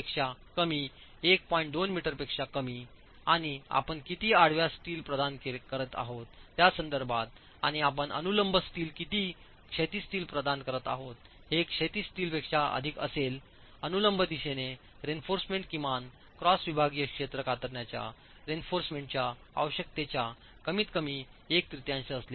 2 मीटरपेक्षा कमी आणि आपण किती आडव्या स्टील प्रदान करीत आहात त्या संदर्भात आणि आपण अनुलंब स्टील किती क्षैतिज स्टील प्रदान करत आहात हे क्षैतिज स्टीलपेक्षा अधिक असेल अनुलंब दिशेने रीइन्फोर्समेंट किमान क्रॉस विभागीय क्षेत्र कतरणाच्या रीइन्फोर्समेंटच्या आवश्यकतेच्या कमीतकमी एक तृतीयांश असले पाहिजे